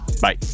Bye